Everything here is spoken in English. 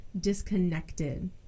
disconnected